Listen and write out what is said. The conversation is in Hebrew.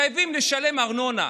מחייבים לשלם ארנונה,